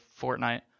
Fortnite